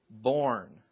born